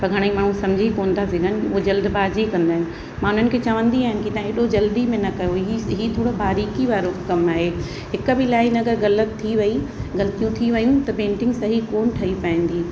पर घणेई माण्हू समुझी कोन था सघनि उहे जल्दबाजी कंदा आहिनि मां उन्हनि खे चवंदी आयानि कि तव्हां हेॾो जल्दी में न कयो ही स ही थोरो बारीकि वारो कमु आहे हिकु ॿीं लाइन अगरि ग़लति थी वेई ग़लतियूं थी वेयूं त पेंटिंग सही कोन ठही पाईंदी